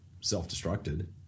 self-destructed